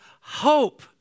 hope